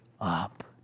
up